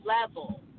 level